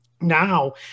now